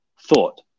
thought